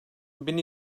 bin